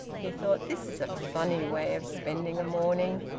he thought, this is a funny way of spending a morning!